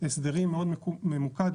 מאוד ממוקד,